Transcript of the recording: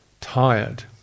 tired